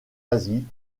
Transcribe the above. asie